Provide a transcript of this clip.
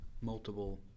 multiple